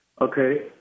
okay